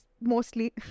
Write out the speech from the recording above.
Mostly